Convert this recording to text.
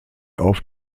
auf